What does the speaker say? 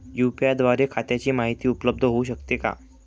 UPI द्वारे खात्याची माहिती उपलब्ध होऊ शकते का?